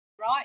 right